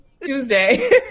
Tuesday